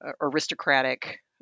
aristocratic